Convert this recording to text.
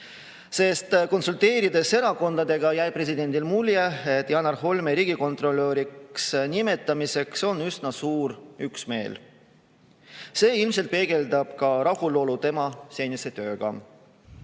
sest konsulteerides erakondadega jäi presidendil mulje, et Janar Holmi riigikontrolöriks nimetamiseks on üsna suur üksmeel. See ilmselt peegeldab ka rahulolu tema senise tööga.